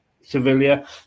Sevilla